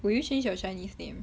will you change your chinese name